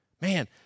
Man